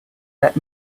that